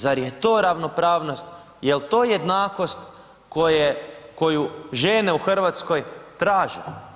Zar je to ravnopravnost, jel to jednakost koju žene u Hrvatskoj traže?